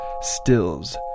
Stills